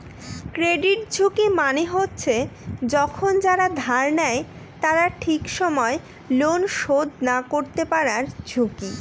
credit ঝুঁকি মানে হচ্ছে যখন যারা ধার নেয় তারা ঠিক সময় লোন শোধ না করতে পারার ঝুঁকি